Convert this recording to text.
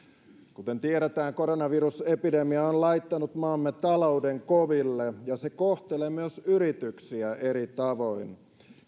kuten tiedetään koronavirusepidemia on on laittanut maamme talouden koville ja se kohtelee myös yrityksiä eri tavoin